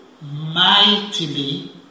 mightily